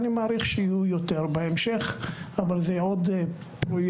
אני מעריך שיהיו יותר בהמשך, אבל זה עוד פרויקט